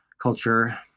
culture